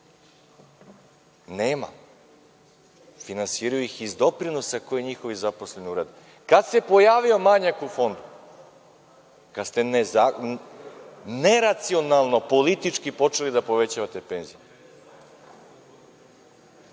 Nema, finansiraju ih iz doprinosa koje njihovi zaposleni urade. Kada se pojavio manjak u fondu? Kada ste neracionalno politički počeli da povećavate penzije,